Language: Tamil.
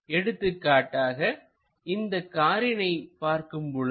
எடுத்துக்காட்டாக இந்த காரினை பார்க்கும் பொழுது